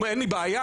אין לי בעיה,